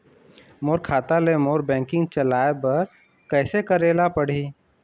मोर खाता ले मोर बैंकिंग चलाए बर कइसे करेला पढ़ही?